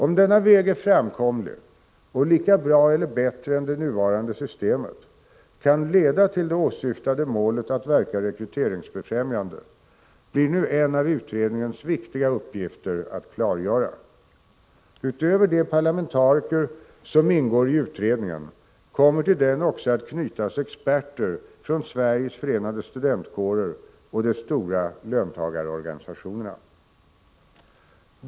Om denna väg är framkomlig och lika bra eller bättre än det nuvarande systemet kan leda till det åsyftade målet att verka rekryteringsbefrämjande, blir nu en av utredningens viktiga uppgifter att klargöra. Utöver de parlamentariker som ingår i utredningen kommer till den också att knytas experter från Sveriges Förenade studentkårer och de stora löntagarorganisationerna.